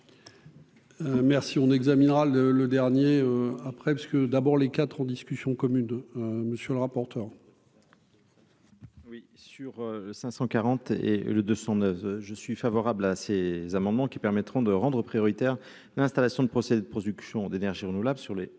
Merci on examinera le le dernier après parce que d'abord les quatre en discussion commune, monsieur le rapporteur.